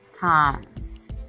times